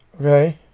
Okay